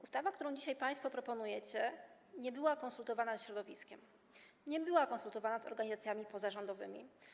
Ustawa, którą dzisiaj państwo proponujecie, nie była konsultowana ze środowiskiem, nie była konsultowana z organizacjami pozarządowymi.